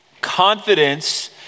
confidence